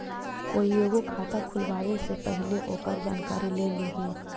कोईओ खाता खुलवावे से पहिले ओकर जानकारी ले लिहें